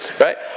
right